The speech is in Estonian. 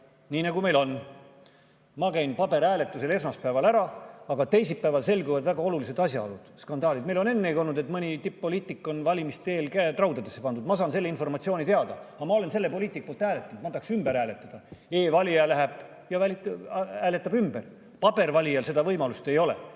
nii nagu meil on. Ma käin paberhääletusel esmaspäeval ära, aga teisipäeval selguvad väga olulised asjaolud, skandaalid. Meil on ennegi olnud, et mõnel tipp-poliitikul on valimiste eel käed raudadesse pandud. Ma saan selle informatsiooni teada, aga ma olen selle poliitiku poolt hääletanud, ma tahaks ümber hääletada. E-valija läheb ja hääletab ümber, paberil valijal seda võimalust ei ole.